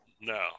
No